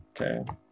Okay